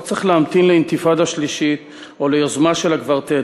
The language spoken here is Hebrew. לא צריך להמתין לאינתיפאדה שלישית או ליוזמה של הקוורטט,